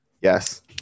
Yes